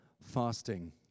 fasting